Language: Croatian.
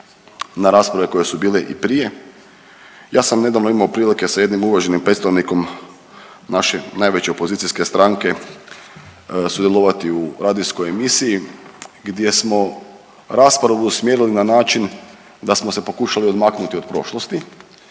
na rasprave koje su bile i prije. Ja sam nedavno imao prilike sa jednim uvaženim predstavnikom naše najveće opozicijske stranke sudjelovati u radijskoj emisiji gdje smo raspravu usmjerili na način da smo se pokušali odmaknuti od prošlosti